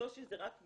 שושי זה רק מדגם,